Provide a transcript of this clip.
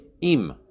Im